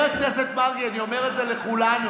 אני אומר את זה לכולנו.